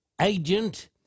agent